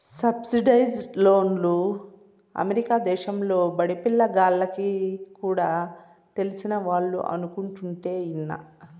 subsidised లోన్లు America దేశంలో బడిపిల్ల గాల్లకి కూడా తెలిసినవాళ్లు అనుకుంటుంటే ఇన్నా